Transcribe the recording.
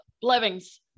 Blevins